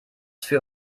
für